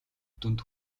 дүнд